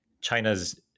China's